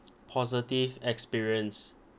positive experience